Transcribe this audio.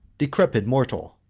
decrepit mortal.